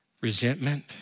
Resentment